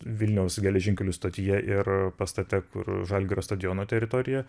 vilniaus geležinkelių stotyje ir pastate kur žalgirio stadiono teritorija